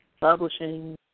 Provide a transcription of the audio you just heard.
Publishing